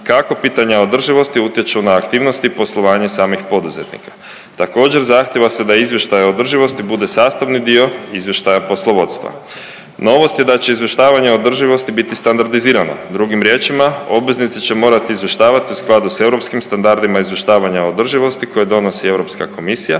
kako pitanja održivosti utječu na aktivnosti poslovanja samih poduzetnika. Također, zahtijeva se da izvještaj o održivosti bude sastavni dio izvještaja poslovodstva. Novost je da će izvještavanje o održivosti biti standardizirano. Drugim riječima, obveznici će morati izvještavati u skladu s europskim standardima izvještavanja o održivosti koje donosi Europska komisija,